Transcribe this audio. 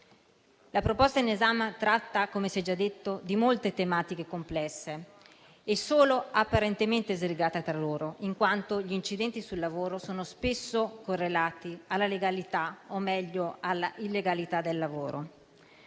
La proposta in esame tratta - come si è già detto - molte tematiche complesse e solo apparentemente slegate tra loro, in quanto gli incidenti sul lavoro sono spesso correlati alla legalità o, meglio, all'illegalità del lavoro.